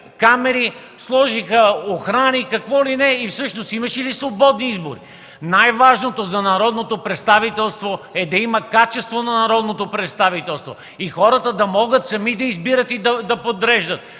камери, сложиха охрани и какво ли не и всъщност имаше ли свободни избори? Най-важното за народното представителство е да има качество на народното представителство и хората да могат сами да избират и да подреждат,